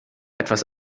etwas